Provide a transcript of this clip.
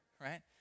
right